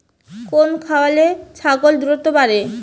কোন খাওয়ারে ছাগল দ্রুত বাড়ে?